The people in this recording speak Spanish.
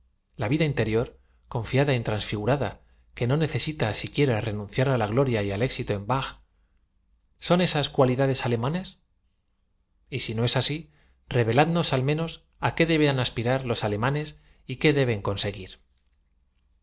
la vida interior confiada y transfigurada que no necesita siquiera r nunciar á la glo ria y a l ézito en bach son eaaa cua lidades al emanasf y si no es aaí reveladnos al menos á qué deben aspirar los alemaoes y lo que deben